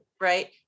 Right